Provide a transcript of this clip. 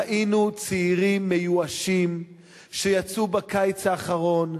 ראינו צעירים מיואשים שיצאו בקיץ האחרון,